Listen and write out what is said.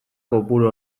kopuru